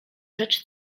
rzecz